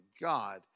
God